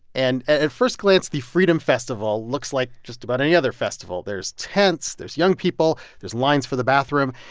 and at first glance, the freedom festival looks like just about any other festival. there's tents. there's young people. there's lines for the bathroom.